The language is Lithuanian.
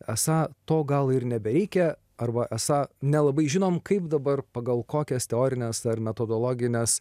esą to gal ir nebereikia arba esą nelabai žinom kaip dabar pagal kokias teorines ar metodologines